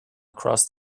across